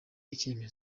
icyemezo